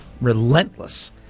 Relentless